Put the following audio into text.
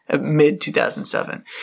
mid-2007